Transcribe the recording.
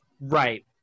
Right